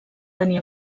tenir